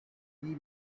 give